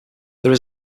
there